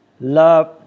love